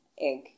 egg